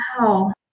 wow